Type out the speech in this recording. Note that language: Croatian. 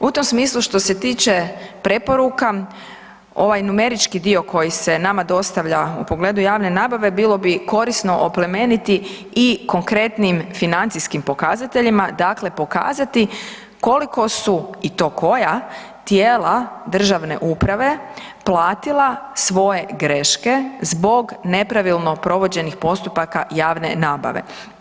U tom smislu što se tiče preporuka, ovaj numerički dio koji se nama dostavlja u pogledu javne nabave, bilo bi korisno oplemeniti i konkretnim financijskim pokazateljima, dakle pokazati koliko su i to koja tijela državne uprave platila svoje greške zbog nepravilnog provođenih postupaka javne nabave.